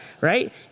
right